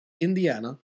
Indiana